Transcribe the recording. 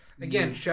Again